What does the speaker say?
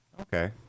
Okay